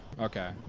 Okay